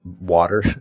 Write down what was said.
water